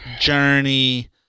Journey